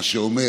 מה שאומר